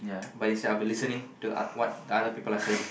but instead I'll be listening to uh what the other people are saying